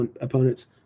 opponents